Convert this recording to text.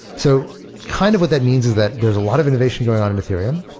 so kind of what that means is that there's a lot of innovation going on in ethereum,